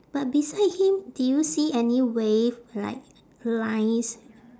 but beside him do you see any wave like lines